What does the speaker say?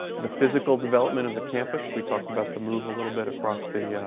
the physical development of the campus. we talked about the move a little bit across the